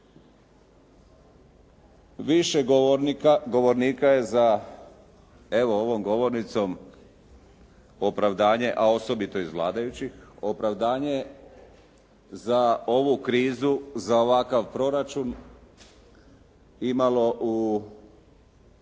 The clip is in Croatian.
Više govornika je za ovom govornicom opravdanje, a osobito iz vladajućih, opravdanje za ovu krizu, za ovakav proračun imalo u